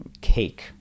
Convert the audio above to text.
cake